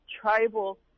tribal